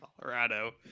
Colorado